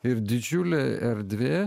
ir didžiulė erdvė